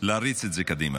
להריץ את זה קדימה.